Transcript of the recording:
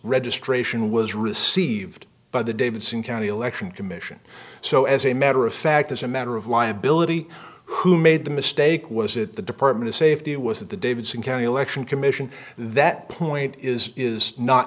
registration was received by the davidson county election commission so as a matter of fact as a matter of liability who made the mistake was it the department of safety it was at the davidson county election commission that point is is not